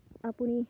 আপুনি